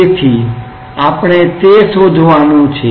તેથી આપણે તે શોધવાનું છે